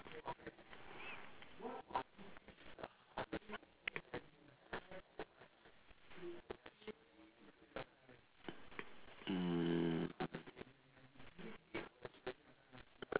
mm